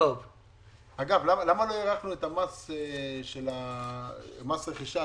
למה לא הארכנו את מס הרכישה?